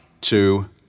two